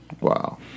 Wow